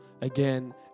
again